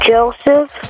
Joseph